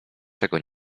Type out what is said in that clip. czego